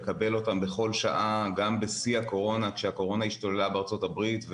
לקבל אותם בכל שעה גם בשיא הקורונה כשהקורונה השתוללה בארצות הברית.